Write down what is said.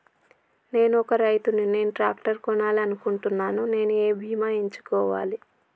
నేను ఒక రైతు ని నేను ట్రాక్టర్ కొనాలి అనుకుంటున్నాను నేను ఏ బీమా ఎంచుకోవాలి?